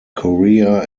korea